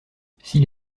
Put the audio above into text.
s’il